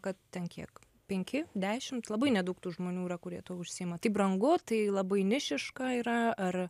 kad ten kiek penki dešim labai nedaug tų žmonių yra kurie tuo užsiima tai brangu tai labai nišiška yra ar